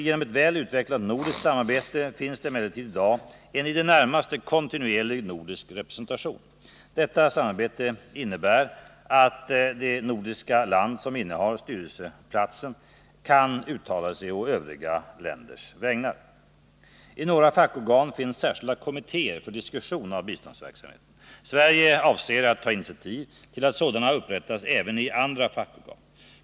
Genom ett väl utvecklat nordiskt samarbete finns det emellertid i dag en i det närmaste kontinuerlig nordisk representation. Detta samarbete innebär bl.a. att det nordiska land som innehar styrelseplatsen kan uttala sig å övriga länders vägnar. I några fackorgan finns särskilda kommittéer för diskussion av biståndsverksamheten. Sverige avser att ta initiativ till att sådana upprättas även i andra fackorgan.